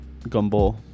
Gumball